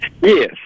Yes